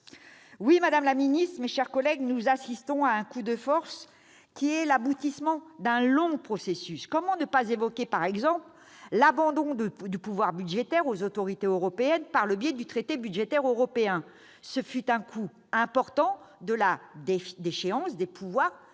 Madame la garde des sceaux, mes chers collègues, nous assistons à un coup de force qui est l'aboutissement d'un long processus. Comment ne pas évoquer, par exemple, l'abandon du pouvoir budgétaire aux autorités européennes par le biais du traité budgétaire européen ? Ce fut un coup important porté aux pouvoirs